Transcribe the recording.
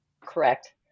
Correct